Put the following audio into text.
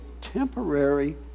temporary